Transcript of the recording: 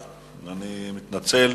אני מתנצל,